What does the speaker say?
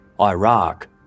Iraq